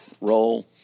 role